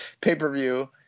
pay-per-view